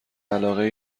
علاقه